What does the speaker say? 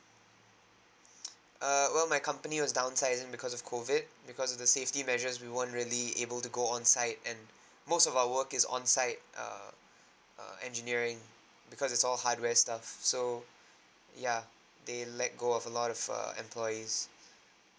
err well my company was downsizing because of COVID because of the safety measures we weren't really able to go on site and most of our work is on site err err engineering because it's all hardware stuff so ya they let go of a lot of err employees